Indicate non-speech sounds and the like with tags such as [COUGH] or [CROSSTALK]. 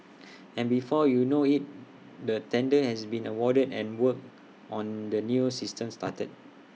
[NOISE] and before you know IT the tender has been awarded and work on the new system started